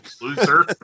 loser